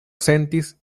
sentis